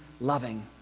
loving